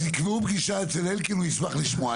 אז תקבעו פגישה אצל אלקין, הוא ישמח לשמוע.